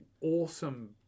awesome